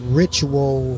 ritual